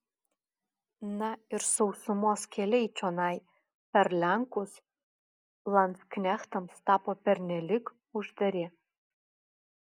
na ir sausumos keliai čionai per lenkus landsknechtams tapo pernelyg uždari